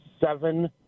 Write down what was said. seven